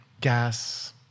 gas